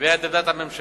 אני מביע את עמדת הממשלה,